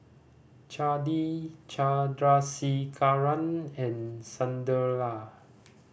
Chandi Chandrasekaran and Sunderlal